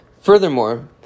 Furthermore